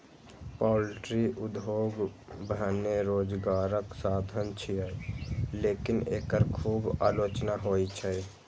poultry उद्योग भने रोजगारक साधन छियै, लेकिन एकर खूब आलोचना होइ छै